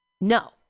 No